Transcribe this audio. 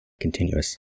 continuous